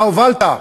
אתה הובלת,